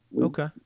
okay